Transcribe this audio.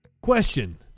Question